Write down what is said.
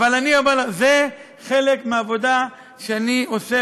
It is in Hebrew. אבל אני אומר לך: זה חלק מהעבודה שאני עושה,